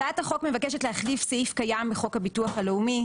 הצעת החוק מבקשת להחליף סעיף קיים בחוק הביטוח הלאומי,